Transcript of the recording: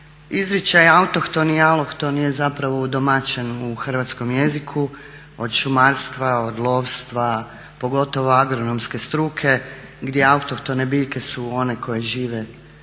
Izričaj autohton i alohton je zapravo udomaćen u hrvatskom jeziku, od šumarstva, od lovstva, pogotovo agronomske struke gdje autohtone biljke su one koje žive na,